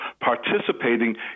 participating